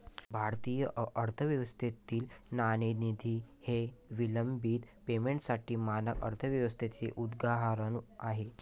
भारतीय अर्थव्यवस्थेतील नाणेनिधी हे विलंबित पेमेंटसाठी मानक व्यवस्थेचे उदाहरण आहे